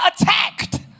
attacked